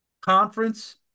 conference